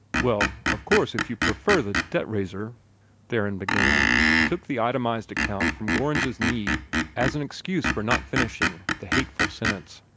well of course if you prefer the debt-raiser' theron began, and took the itemized account from gorringe's knee as an excuse for not finishing the hateful sentence.